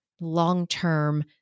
long-term